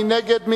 מי נגד?